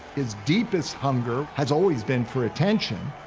his deepest hunger has always been for attention,